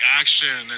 action